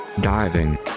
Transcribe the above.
Diving